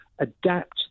adapt